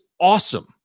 awesome